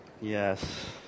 Yes